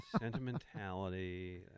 sentimentality